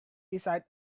beside